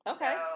Okay